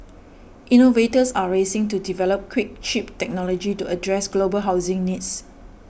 innovators are racing to develop quick cheap technology to address global housing needs